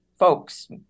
folks